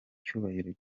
icyubahiro